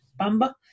Bamba